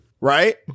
Right